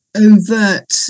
overt